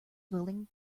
willing